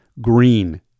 green